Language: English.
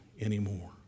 anymore